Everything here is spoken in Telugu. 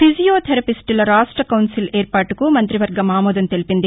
ఫిజియో థెరపిస్టుల రాష్ట్ర కౌన్సిల్ ఏర్పాటుకు మంతివర్గం ఆమోదం తెలిపింది